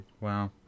wow